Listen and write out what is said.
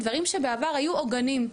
דברים שבעבר היו עוגנים.